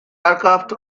aircraft